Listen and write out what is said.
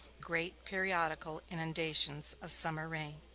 great periodical inundations of summer rain.